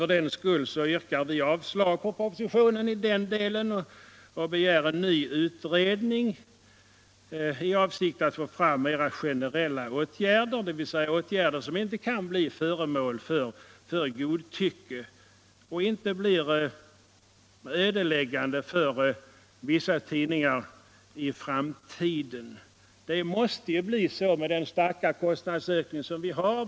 För den skull yrkar vi avslag på propositionen i denna del och begär en ny utredning i avsikt att få fram mera generella åtgärder, dvs. åtgärder som inte kan bli föremål för godtycke och som inte blir ödeläggande för vissa tidningar i framtiden. Det måste bli så med den starka kostnadsökning som vi har.